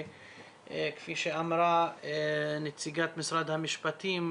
כפי שאמרה נציגת משרד המשפטים,